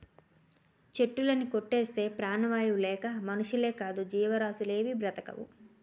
చెట్టులుని కొట్టేస్తే ప్రాణవాయువు లేక మనుషులేకాదు జీవరాసులేవీ బ్రతకవు